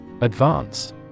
Advance